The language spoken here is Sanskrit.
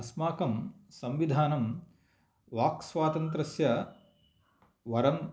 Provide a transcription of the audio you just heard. अस्माकं संविधानं वाक्स्वातन्त्रस्य वरं